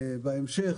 בהמשך,